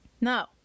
no